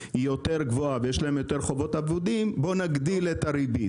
היא יותר גבוהה ויש להם יותר חובות אבודים בואו נגדיל את הריבית".